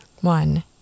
One